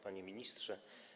Panie Ministrze!